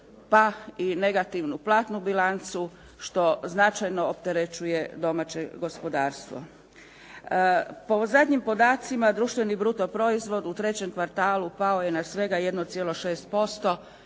pa i negativnu platnu bilancu što značajno opterećuje domaće gospodarstvo. Po zadnjim podacima društveno brutoproizvod u trećem kvartalu pao je na svega 1,6%